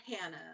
Hannah